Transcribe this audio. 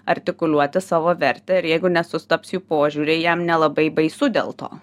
artikuliuoti savo vertę ir jeigu nesutaps jų požiūriai jam nelabai baisu dėl to